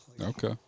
Okay